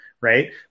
right